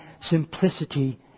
simplicity